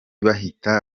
bahita